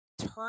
turn